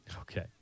Okay